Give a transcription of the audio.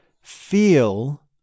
feel